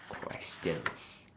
questions